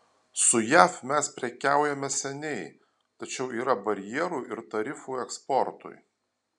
su jav mes prekiaujame seniai tačiau yra barjerų ir tarifų eksportui